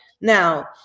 now